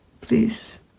Please